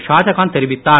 ஷாஜகான் தெரிவித்தார்